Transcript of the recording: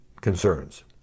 concerns